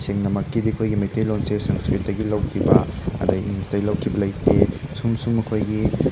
ꯁꯦꯡꯅꯃꯛꯀꯤꯗꯤ ꯑꯩꯈꯣꯏꯒꯤ ꯃꯩꯇꯩꯂꯣꯟꯁꯦ ꯁꯪꯁꯀ꯭ꯔꯤꯠꯇꯒꯤ ꯂꯧꯈꯤꯕ ꯑꯗꯩ ꯏꯪꯂꯤꯁꯇꯩ ꯂꯧꯈꯤꯕ ꯂꯩꯇꯦ ꯁꯨꯝ ꯁꯨꯝ ꯑꯩꯈꯣꯏꯒꯤ